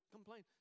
Complain